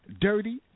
Dirty